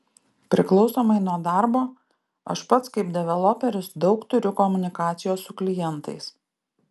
priklausomai nuo darbo aš pats kaip developeris daug turiu komunikacijos su klientais